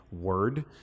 word